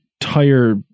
entire